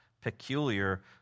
Peculiar